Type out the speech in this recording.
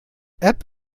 app